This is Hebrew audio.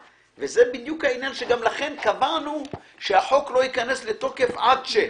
בדיוק לכן קבענו שהחוק לא ייכנס לתוקף עד ש.